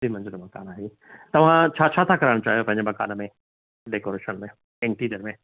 ॿी मंजिलो मकानु आहे तव्हां छा छा था कराइण चाहियो पंहिंजे मकानु में डेकोरेशन में एंट्रीअर में